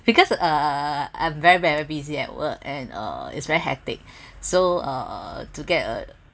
because uh I'm very very busy at work and uh it's very hectic so uh to get a